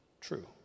true